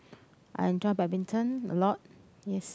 I enjoy badminton a lot yes